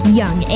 young